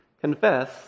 confess